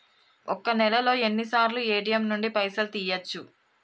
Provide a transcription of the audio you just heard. ఒక్క నెలలో ఎన్నిసార్లు ఏ.టి.ఎమ్ నుండి పైసలు తీయచ్చు?